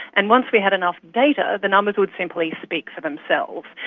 and once we had enough data the numbers would simply speak for themselves.